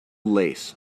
lace